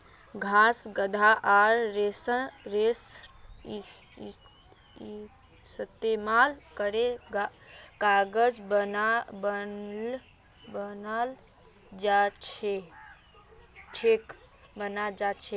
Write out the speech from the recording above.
घास गाछ आर रेशार इस्तेमाल करे कागज बनाल जाछेक